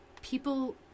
people